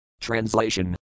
Translation